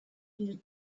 ils